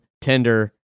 tender